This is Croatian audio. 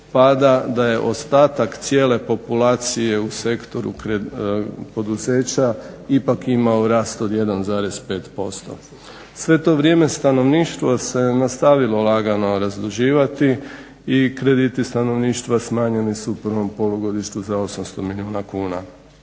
pada da je ostatak cijele populacije u sektoru poduzeća ipak imao rast od 1,5%. Sve to vrijeme stanovništvo se nastavilo lagano razduživati i krediti stanovništva smanjeni su u prvom polugodištu za 800 milijuna kuna,